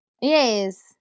Yes